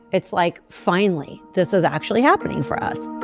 it's like finally this was actually happening for us